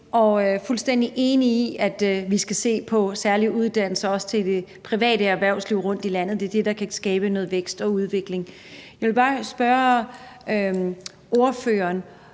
Jeg er fuldstændig enig i, at vi skal se på særlige uddannelser, også til det private erhvervsliv, rundtom i landet. Det er det, der kan skabe noget vækst og udvikling. Jeg vil bare spørge ordføreren,